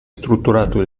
strutturato